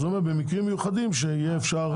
אז זה אומר במקרים מיוחדים שיהיה אפשר.